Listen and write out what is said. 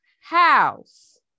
House